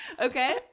Okay